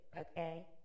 okay